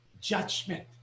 judgment